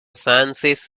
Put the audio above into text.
sciences